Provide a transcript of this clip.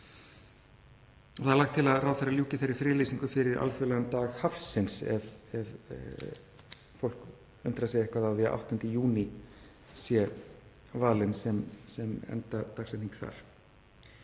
Það er lagt til að ráðherra ljúki þeirri friðlýsingu fyrir alþjóðlegan dag hafsins, ef fólk undrar sig eitthvað á því að 8. júní sé valinn sem endadagsetning þar.